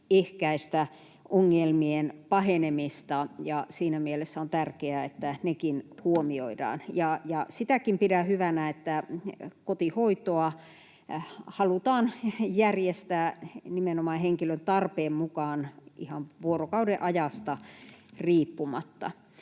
ehkäistä ongelmien pahenemista, ja siinä mielessä on tärkeää, että nekin huomioidaan. Ja sitäkin pidän hyvänä, että kotihoitoa halutaan järjestää nimenomaan henkilön tarpeen mukaan ihan vuorokaudenajasta riippumatta.